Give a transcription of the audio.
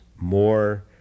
more